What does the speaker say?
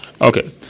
Okay